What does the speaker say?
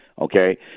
Okay